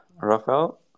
Rafael